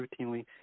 routinely